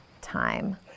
time